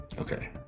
okay